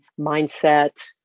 mindset